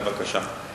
בבקשה.